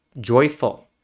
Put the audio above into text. joyful